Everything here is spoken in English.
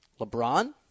LeBron